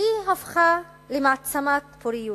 היא הפכה למעצמת פוריות.